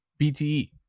BTE